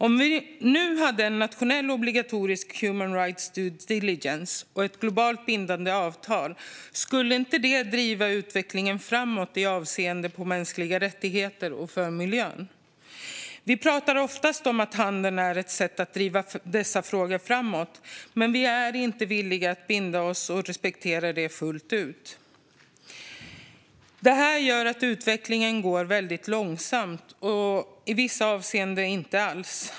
Om vi nu hade en nationell obligatorisk så kallad human rights due diligence och ett globalt bindande avtal, skulle inte det driva utvecklingen framåt i avseende på mänskliga rättigheter och för miljön? Vi pratar oftast om att handeln är ett sätt att driva dessa frågor framåt, men vi är inte villiga att binda oss vid att respektera det fullt ut. Det här gör att utvecklingen går väldigt långsamt framåt och i vissa avseende inte framåt alls.